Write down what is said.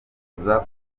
bifuza